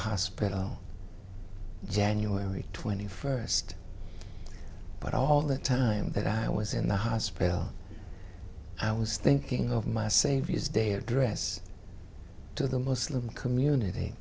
hospital january twenty first but all the time that i was in the hospital i was thinking of my savior's day address to the muslim community